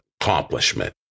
accomplishment